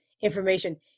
information